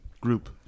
group